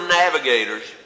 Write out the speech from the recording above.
navigators